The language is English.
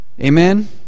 amen